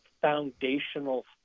foundational